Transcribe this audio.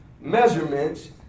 measurements